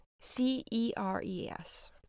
C-E-R-E-S